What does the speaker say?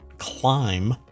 climb